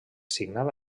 signava